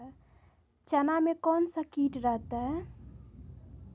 चना में कौन सा किट रहता है?